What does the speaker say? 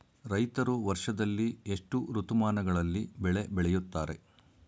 ರೈತರು ವರ್ಷದಲ್ಲಿ ಎಷ್ಟು ಋತುಮಾನಗಳಲ್ಲಿ ಬೆಳೆ ಬೆಳೆಯುತ್ತಾರೆ?